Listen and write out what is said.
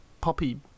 poppy